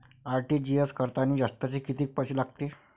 RTGS करतांनी जास्तचे कितीक पैसे लागते?